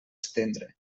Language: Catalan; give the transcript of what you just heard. estendre